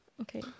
Okay